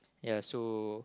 ya so